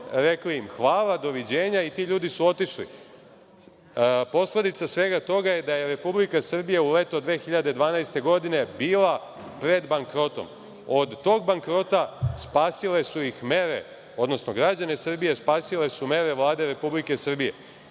rekli – hvala i doviđenja. Ti ljudi su otišli. Posledica svega toga je da je Republika Srbija u leto 2012. godine bila pred bankrotom. Od tog bankrota spasile su ih mere, odnosno građane Srbije spasile su mere Vlade Republike Srbije.